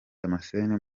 damascene